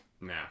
Nah